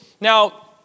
Now